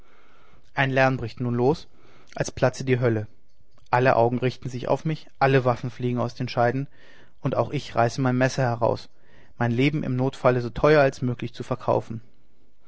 ein lärm bricht nun los als platze die hölle alle augen richten sich auf mich alle waffen fliegen aus den scheiden und auch ich reiße mein messer heraus mein leben im notfall so teuer als möglich zu verkaufen